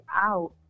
out